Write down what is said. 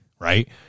right